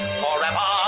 forever